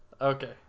Okay